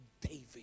David